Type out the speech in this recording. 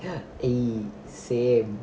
ay same